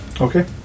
Okay